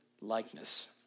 likeness